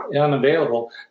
unavailable